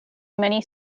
many